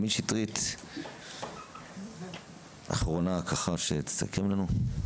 עמית שטרית, אחרונה ככה שתסכם לנו.